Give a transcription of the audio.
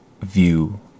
view